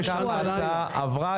ההצעה עברה.